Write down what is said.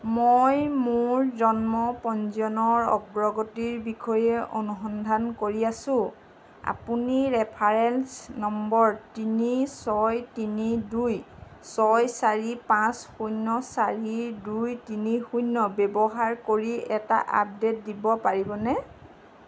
মই মোৰ জন্ম পঞ্জীয়নৰ অগ্ৰগতিৰ বিষয়ে অনুসন্ধান কৰি আছো আপুনি ৰেফাৰেঞ্চ নম্বৰ তিনি ছয় তিনি দুই ছয় চাৰি পাঁচ শূন্য চাৰি দুই তিনি শূন্য ব্যৱহাৰ কৰি এটা আপডে'ট দিব পাৰিবনে